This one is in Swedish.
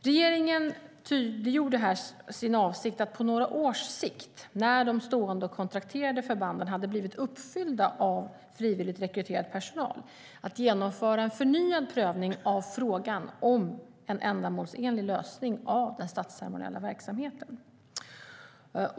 Regeringen tydliggjorde här sin avsikt att på några års sikt, när de stående och kontrakterade förbanden hade blivit uppfyllda av frivilligt rekryterad personal, genomföra en förnyad prövning av frågan om en ändamålsenlig lösning av den statsceremoniella verksamheten.